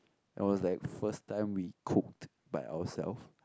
it was like first time we cook by ourselves